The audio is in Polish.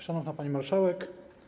Szanowna Pani Marszałek!